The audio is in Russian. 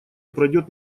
пройдет